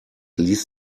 ließ